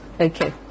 Okay